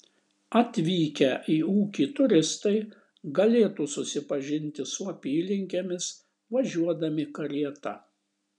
atvykę į ūkį turistai galėtų susipažinti su apylinkėmis važiuodami karieta